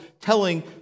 telling